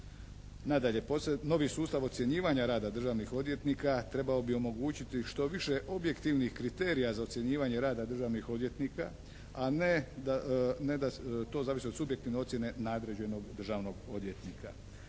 Nadalje, novi sustav ocjenjivanja rada državnih odvjetnika trebao bi omogućiti što više objektivnih kriterija za ocjenjivanje rada državnih odvjetnika, a ne da to zavisi od subjektivne ocjene nadređenog državnog odvjetnika.